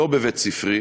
לא בבית-ספרי,